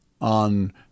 on